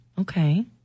Okay